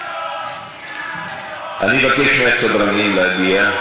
אני מבקש מהסדרנים להגיע.